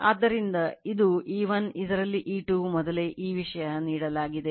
ಆದ್ದರಿಂದ ಇದು E1 ಇದರಲ್ಲಿ E2 ಮೊದಲೇ ಈ ವಿಷಯವನ್ನು ನೀಡಲಾಗಿದೆ